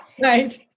Right